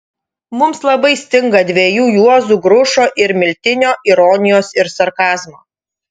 mums labai stinga dviejų juozų grušo ir miltinio ironijos ir sarkazmo